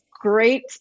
great